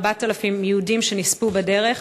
4,000 יהודים שנספו בדרך,